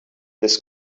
this